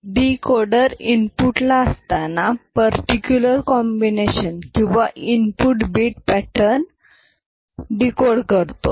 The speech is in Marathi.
डीकोडर इनपुट ला असताना पर्टिक्युलर कॉम्बिनेशन किंवा इनपुट बीट पॅटर्न डीकोड करतो